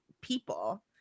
people